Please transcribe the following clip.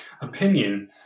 Opinion